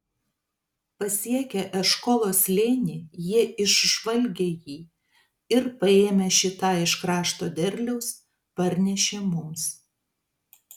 pasiekę eškolo slėnį jie išžvalgė jį ir paėmę šį tą iš krašto derliaus parnešė mums